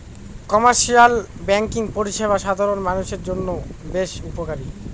commercial banking পরিষেবা সাধারণ মানুষের জন্য বেশ উপকারী